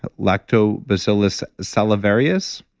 lactobacillus salivarius,